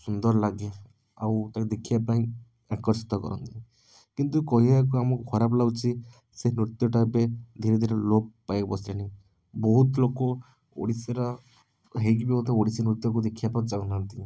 ସୁନ୍ଦର ଲାଗେ ଆଉ ତାକୁ ଦେଖିବାପାଇଁ ଆକର୍ଷିତ କରନ୍ତି କିନ୍ତୁ କହିବାକୁ ଆମକୁ ଖରାପ ଲାଗୁଛି ସେ ନୃତ୍ୟଟା ଏବେ ଧୀରେଧୀରେ ଲୋପ ପାଇ ବସିଲାଣି ବହୁତ ଲୋକ ଓଡ଼ିଶାର ହେଇକି ମଧ୍ୟ ଓଡ଼ିଶୀ ନୃତ୍ୟକୁ ଦେଖିବାକୁ ଚାହୁଁନାହାନ୍ତି